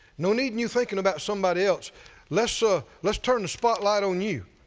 no need in you thinking about somebody else let's ah let's turn the spotlight on you